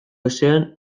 ezean